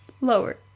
lower